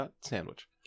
Sandwich